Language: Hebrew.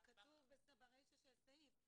זה כתוב ברישה של הסעיף.